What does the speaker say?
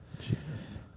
Jesus